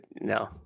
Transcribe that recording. no